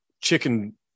chicken